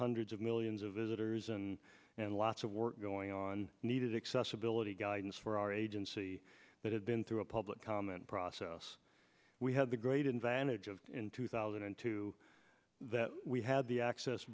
hundreds of millions of sitters and and lots of work going on needed excess ability guidance for our agency that had been through a public comment process we had the great advantage of in two thousand and two that we had the access